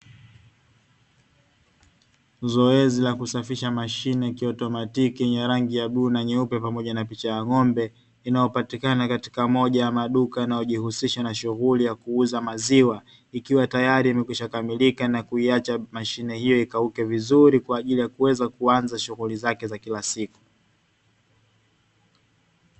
Zoezi la kusafisha mashine ya kiautomatiki yenye rangi ya bluu na nyeupe pamoja na picha ya ng’ombe, inayopatikana katika moja ya maduka yanayojihusisha na shughuli ya kuuza maziwa, ikiwa tayari imekwisha kamilika na kuiacha mashine hiyo ikauke vizuri kwa ajili ya kuweza kuanza shughuli zake za kila siku.